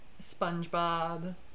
Spongebob